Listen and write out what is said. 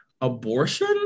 abortion